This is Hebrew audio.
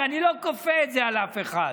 הרי אני לא כופה את זה על אף אחד.